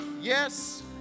yes